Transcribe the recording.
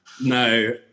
no